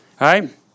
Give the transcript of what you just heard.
right